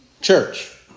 church